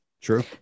True